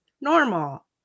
normal